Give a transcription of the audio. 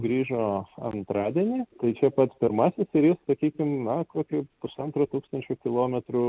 grįžo antradienį tai čia pats pirmasis ir jis sakykim na kokį pusantro tūkstančio kilometrų